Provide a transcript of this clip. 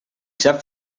sap